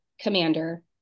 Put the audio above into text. commander